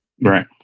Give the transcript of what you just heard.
Right